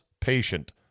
patient